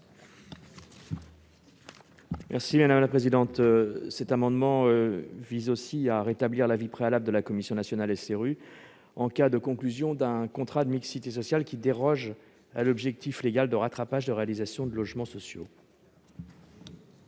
M. Didier Marie. Cet amendement vise également à rétablir l'avis préalable de la commission nationale SRU en cas de conclusion d'un contrat de mixité sociale qui déroge à l'objectif légal de rattrapage de réalisation de logements sociaux.